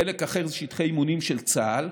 חלק אחר זה שטחי אימונים של צה"ל,